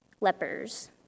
lepers